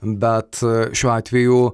bet šiuo atveju